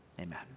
Amen